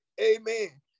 Amen